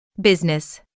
Business